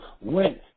went